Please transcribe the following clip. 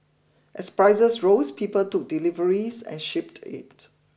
as prices rose people took deliveries and shipped it